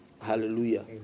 Hallelujah